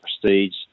prestige